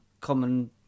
common